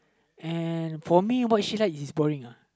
and for me what she like is boring uh